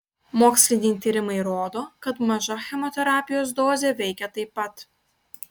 moksliniai tyrimai rodo kad maža chemoterapijos dozė veikia taip pat